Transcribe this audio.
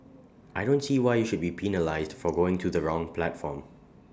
I don't see why you should be penalised for going to the wrong platform